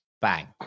Bang